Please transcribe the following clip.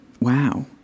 Wow